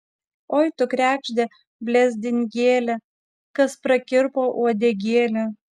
oi tu kregžde blezdingėle kas prakirpo uodegėlę